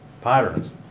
patterns